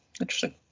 Interesting